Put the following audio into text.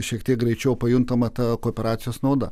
šiek tiek greičiau pajuntama ta kooperacijos nauda